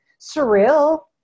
surreal